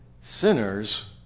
sinners